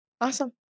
Awesome